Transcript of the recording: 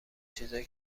چیزای